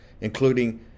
including